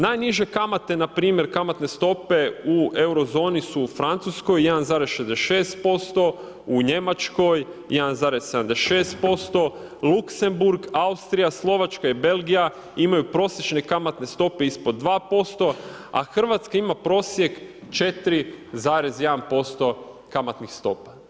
Najniže kamate, npr. kamatne stope u Euro zoni su u Francuskoj, 1,66%, u Njemačkoj 1,76%, Luksemburg, Austrija, Slovačka i Belgija imaju prosječne kamatne stope ispod 2% a Hrvatska ima prosjek 4,1 kamatnih stopa.